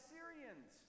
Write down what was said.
Syrians